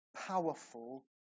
powerful